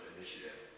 Initiative